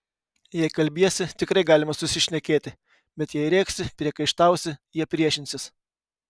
jei kalbiesi tikrai galima susišnekėti bet jei rėksi priekaištausi jie priešinsis